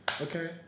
Okay